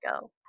go